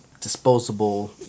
disposable